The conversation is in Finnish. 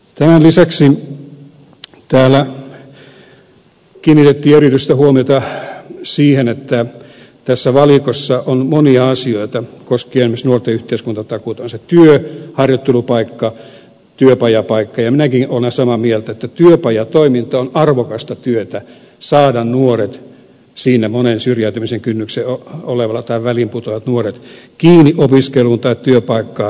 tämän lisäksi täällä kiinnitettiin erityistä huomiota siihen että tässä valikossa on monia asioita koskien esimerkiksi nuorten yhteiskuntatakuuta on se työ harjoittelupaikka työpajapaikka ja minäkin olen samaa mieltä että työpajatoiminta on arvokasta työtä saada nuoret monet syrjäytymisen kynnyksellä olevat tai väliin putoavat nuoret kiinni opiskeluun tai työpaikkaan